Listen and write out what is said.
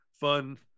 fun